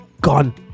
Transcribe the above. gone